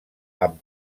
amb